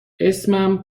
اسمم